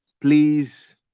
please